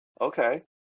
okay